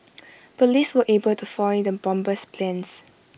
Police were able to foil the bomber's plans